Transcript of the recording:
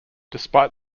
despite